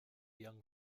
young